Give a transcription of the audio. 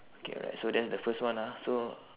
okay alright so that's the first one ah so